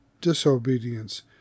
disobedience